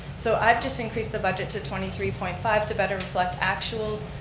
so i've just increased the budget to twenty three point five to better reflect actuals.